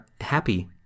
happy